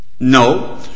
No